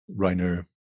Reiner